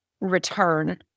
return